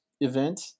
event